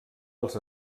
als